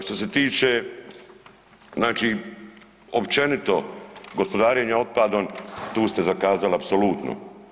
Što se tiče znači općenito gospodarenja otpadom tu ste zakazali apsolutno.